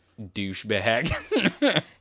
douchebag